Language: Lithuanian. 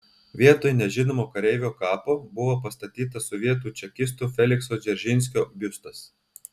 vietoje nežinomo kareivio kapo buvo pastatytas sovietų čekisto felikso dzeržinskio biustas